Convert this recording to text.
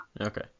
Okay